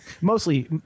Mostly